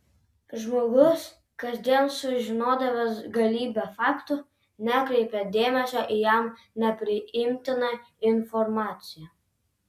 žmogus kasdien sužinodavęs galybę faktų nekreipė dėmesio į jam nepriimtiną informaciją